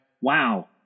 Wow